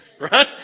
Right